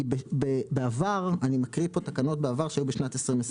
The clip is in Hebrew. כי בעבר אני מקריא פה תקנות שהיו בשנת 2020: